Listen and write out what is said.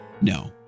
No